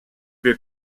wir